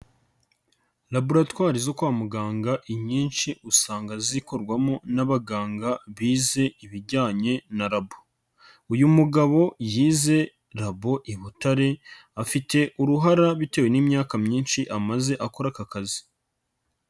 Raboratwari zo kwa muganga inyinshi usanga zikorwamo n'abaganga bize ibijyanye na rabo. Uyu mugabo yize rabo i Butare, afite uruhara bitewe n'imyaka myinshi amaze akora aka kazi.